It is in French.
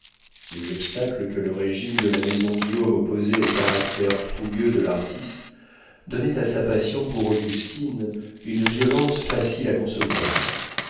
les obstacles que le régime de la maison guillaume opposait au caractère fougueux de l'artiste donnaient à sa passion pour augustine une violence facile à concevoir